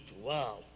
Wow